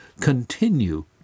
continue